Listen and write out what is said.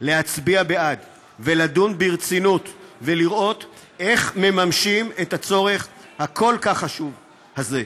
להצביע בעד ולדון ברצינות ולראות איך מממשים את הצורך הכל-כך חשוב הזה.